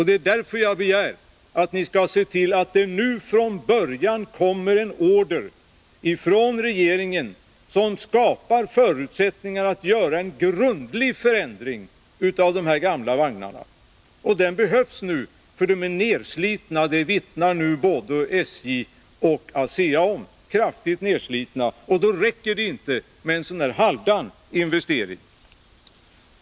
Det är därför jag begär att ni skall se till att det nu från början kommer en order från regeringen som skapar förutsättningar för att göra en grundlig förändring av de här gamla vagnarna. Den förändringen behövs nu, för de är kraftigt nedslitna — det vittnar både SJ och ASEA om. Då räcker det alltså inte med en halvdan investering.